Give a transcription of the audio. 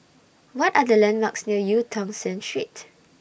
What Are The landmarks near EU Tong Sen Street